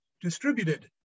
distributed